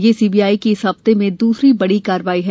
यह सीबीआई की इस हफ्ते में दूसरी बड़ी छापेमारी है